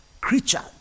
creature